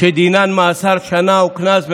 שדינן מאסר שנה וקנס,